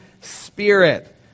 spirit